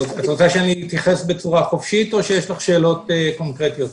את רוצה שאתייחס בצורה חופשית או שיש לך שאלות קונקרטיות?